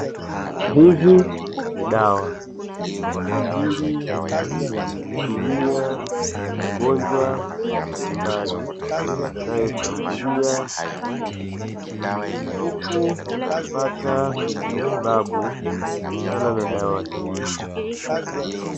Hizi ni dawa kwa ajili ya kuhudumia magonjwa mbalimbali yanayo shambulia kuku. Kuku hupata matibabu kutokana na dawa hii.